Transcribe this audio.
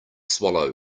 swallow